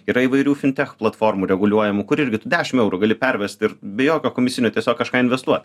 yra įvairių fintech platformų reguliuojamų kur irgi tu dešim eurų gali pervest ir be jokio komisinio tiesiog kažką investuot